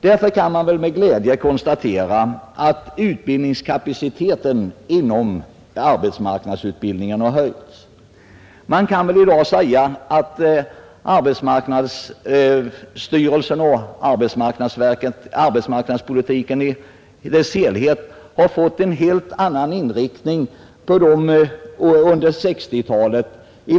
Därför kan man med glädje konstatera att utbildningskapaciteten inom arbetsmarknadsutbildningen har höjts. Arbetsmarknadspolitiken i dess helhet har fått en helt annan inriktning under 1960-talet.